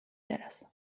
teraz